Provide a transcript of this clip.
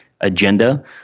agenda